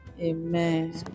amen